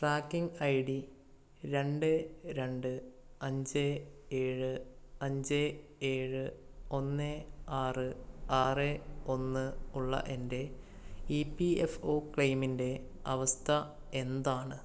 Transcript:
tracking I D രണ്ട് രണ്ട് അഞ്ച് ഏഴ് അഞ്ച് ഏഴ് ഒന്ന് ആറ് ആറ് ഒന്ന് ഉള്ള എൻ്റെ ഇ പി എഫ് ഒ ക്ലെയിമിൻ്റെ അവസ്ഥ എന്താണ്